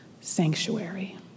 sanctuary